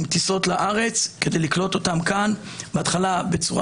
עם טיסות לארץ כדי לקלוט אותם כאן בהתחלה בצורה